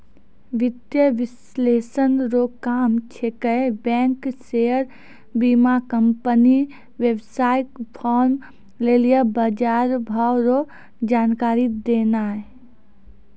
वित्तीय विश्लेषक रो काम छिकै बैंक शेयर बीमाकम्पनी वेवसाय फार्म लेली बजारभाव रो जानकारी देनाय